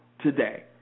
today